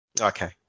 Okay